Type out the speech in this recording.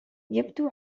يبدو